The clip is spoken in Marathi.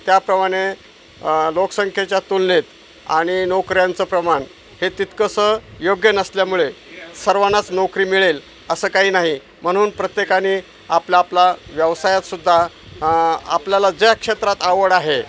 त्याप्रमाणे लोकसंख्याच्या तुलनेत आणि नोकऱ्यांचं प्रमाण हे तितकंसं योग्य नसल्यामुळे सर्वांनाच नोकरी मिळेल असं काही नाही म्हणून प्रत्येकाने आपला आपला व्यवसायातसुद्धा आपल्याला ज्या क्षेत्रात आवड आहे